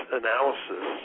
analysis